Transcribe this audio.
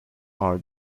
are